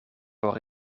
por